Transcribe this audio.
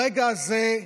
ברגע הזה,